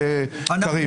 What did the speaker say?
קריב.